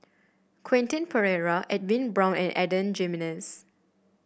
Quentin Pereira Edwin Brown and Adan Jimenez